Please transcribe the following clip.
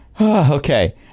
Okay